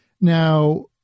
Now